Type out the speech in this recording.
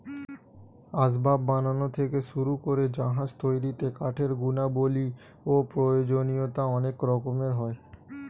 আসবাব বানানো থেকে শুরু করে জাহাজ তৈরিতে কাঠের গুণাবলী ও প্রয়োজনীয়তা অনেক রকমের হয়